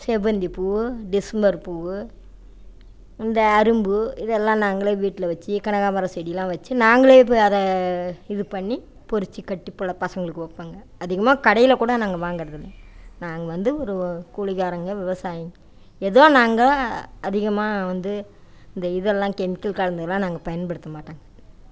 செவ்வந்திப்பூ December பூ இந்த அரும்பு இதெல்லாம் நாங்களே வீட்டில் வச்சு கனகாபரம் செடிலாம் வச்சு நாங்களே இப்போ அதை இது பண்ணி பறிச்சு கட்டி போல பசங்களுக்கு வைப்பேங்க அதிகமாக கடையில் கூட நாங்கள் வாங்கறதில்லை நாங்கள் வந்து ஒரு கூலிக்காரங்கள் விவசாயி ஏதோ நாங்கள் அதிகமாக வந்து இந்த இதெல்லாம் கெமிக்கல் கலந்ததுலாம் நாங்கள் பயன்படுத்த மாட்டோங்க